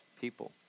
people